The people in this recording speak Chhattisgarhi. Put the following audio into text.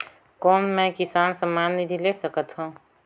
कौन मै किसान सम्मान निधि ले सकथौं?